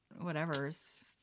whatever's